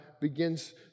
begins